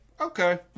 okay